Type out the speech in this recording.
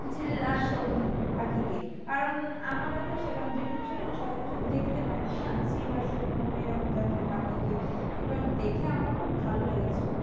চিল আর শকুন পাখিকে কারণ আমরা তো সেখানে যেখানে সেখানে সচরাচর দেখতে পাই না না চিল আর শকুন এরকম জাতীয় পাখিকে এবার দেখে আমার খুব ভালো লেগেছিলো